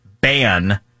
ban